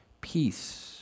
peace